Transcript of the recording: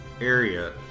area